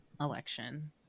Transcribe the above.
election